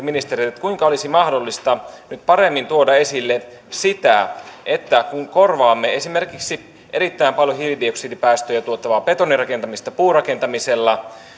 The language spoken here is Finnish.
ministeriltä kuinka olisi mahdollista nyt paremmin tuoda esille sitä että kun korvaamme esimerkiksi erittäin paljon hiilidioksidipäästöjä tuottavaa betonirakentamista puurakentamisella